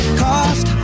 cost